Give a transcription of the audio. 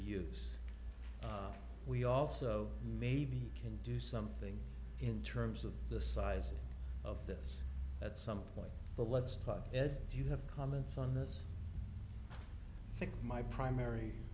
use we also maybe can do something in terms of the size of this at some point but let's talk ed do you have comments on this my primary